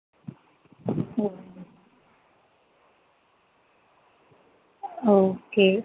okay